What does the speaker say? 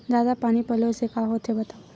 जादा पानी पलोय से का होथे बतावव?